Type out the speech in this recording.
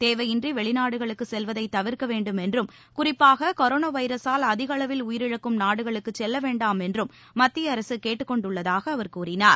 தேவையின்றி வெளிநாடுகளுக்குச் செல்வரை தவிர்க்க வேண்டும் என்றும் குறிப்பாக கொரோனா வைரஸ்ஸால் அதிகளவில் உயிரிழக்கும் நாடுகளுக்கு செல்ல வேண்டாம் என்றும் மத்திய அரசு கேட்டுக் கொண்டுள்ளதாக அவர் கூறினார்